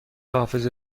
حافظه